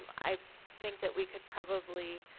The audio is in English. um i think that we could probably